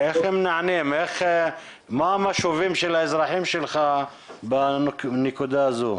מה המשובים של האזרחים שלך בנקודה הזאת?